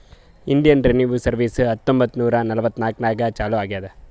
Indian revenue service ಹತ್ತೊಂಬತ್ತ್ ನೂರಾ ನಲ್ವತ್ನಾಕನಾಗ್ ಚಾಲೂ ಆಗ್ಯಾದ್